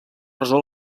resol